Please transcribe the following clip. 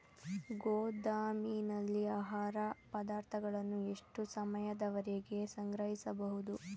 ಗೋದಾಮಿನಲ್ಲಿ ಆಹಾರ ಪದಾರ್ಥಗಳನ್ನು ಎಷ್ಟು ಸಮಯದವರೆಗೆ ಸಂಗ್ರಹಿಸಬಹುದು?